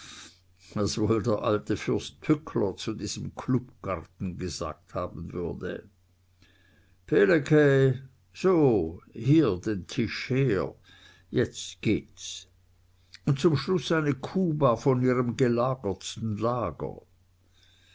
wohl der alte fürst pückler zu diesem clubgarten gesagt haben würde pehlecke so hier den tisch her jetzt geht's und zum schluß eine cuba von ihrem gelagertsten lager